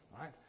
right